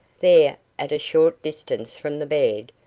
there, at a short distance from the bed,